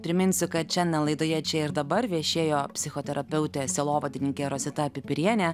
priminsiu kad šian laidoje čia ir dabar viešėjo psichoterapeutė sielovadininkė rosita pipirienė